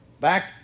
back